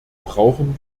brauchen